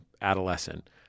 adolescent